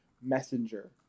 messenger